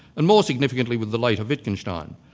and more significantly with the later wittgenstein.